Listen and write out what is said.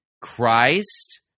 Christ